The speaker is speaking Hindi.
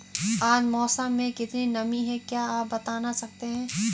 आज मौसम में कितनी नमी है क्या आप बताना सकते हैं?